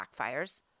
backfires